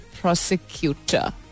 prosecutor